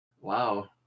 Wow